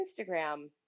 Instagram